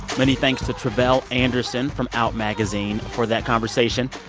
many thanks to tre'vell anderson from out magazine for that conversation.